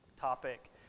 topic